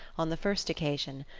on the first occasion,